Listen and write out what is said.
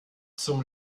zum